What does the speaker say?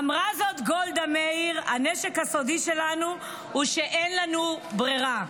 אמרה זאת גולדה מאיר: הנשק הסודי שלנו הוא שאין לנו ברירה.